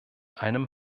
einem